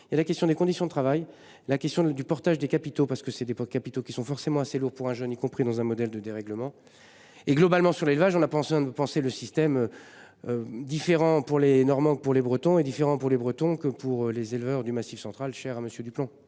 et la question des conditions de travail. La question du portage des capitaux parce que c'est des capitaux qui sont forcément assez lourd pour un jeune, y compris dans un modèle de dérèglement. Et globalement sur l'élevage, on a pensé à vous pensez le système. Différent pour les Normands pour les Bretons est différent pour les Bretons que pour les éleveurs du Massif Central, cher à Monsieur